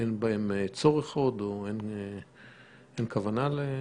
שאין בהן צורך עוד או שאין כוונה ---?